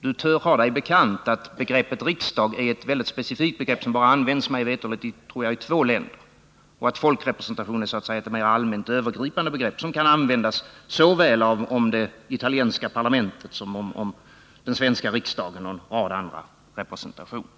Daniel Tarschys bör ha sig bekant att begreppet riksdag är ett speciellt begrepp som, mig veterligt, bara används i två länder och att folkrepresentation så att säga är ett mera allmänt övergripande begrepp som kan användas såväl om det italienska parlamentet som om den svenska riksdagen och en rad andra representationer.